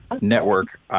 network